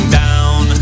down